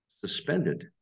suspended